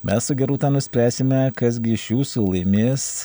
mes su gerūta nuspręsime kas gi iš jūsų laimės